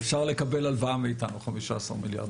אפשר לקבל הלוואה מאיתנו 15 מיליארד.